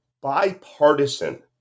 bipartisan